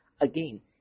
again